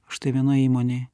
štai vienoj įmonėj